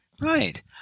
Right